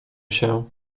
się